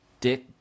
dick